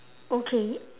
okay